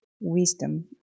wisdom